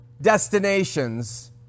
destinations